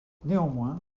néanmoins